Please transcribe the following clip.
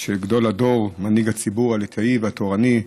של גדול הדור, מנהיג הציבור הליטאי והתורני,